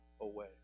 away